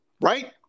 right